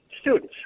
students